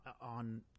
on